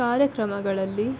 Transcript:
ಕಾರ್ಯಕ್ರಮಗಳಲ್ಲಿ